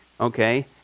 Okay